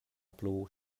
plu